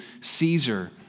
Caesar